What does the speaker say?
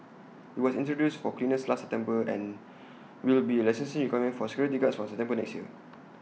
IT was introduced for cleaners last September and will be A licensing requirement for security guards from September next year